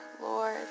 Lord